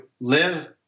live